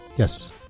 Yes